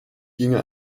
ginge